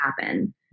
happen